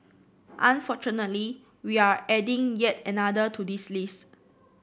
unfortunately we're adding yet another to this list